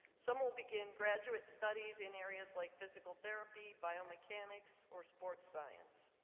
some will begin graduate studies in areas like physical therapy, biomechanics, or sports science.